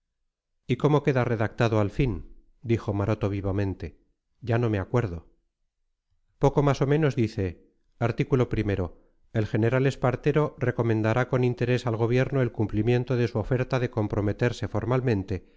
y cómo queda redactado al fin dijo maroto vivamente ya no me acuerdo poco más o menos dice artículo o el general espartero recomendará con interés al gobierno el cumplimiento de su oferta de comprometerse formalmente